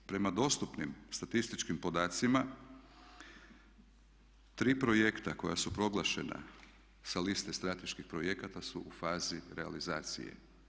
Prema dostupnim statističkim podacima tri projekta koja su proglašena sa liste strateških projekata su u fazi realizacije.